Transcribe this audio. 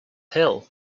hill